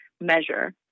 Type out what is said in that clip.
Measure